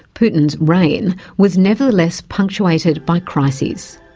putin's reign was nevertheless punctuated by crises.